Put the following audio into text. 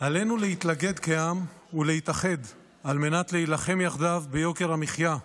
עלינו להתלכד כעם ולהתאחד על מנת להילחם יחדיו ביוקר המחיה,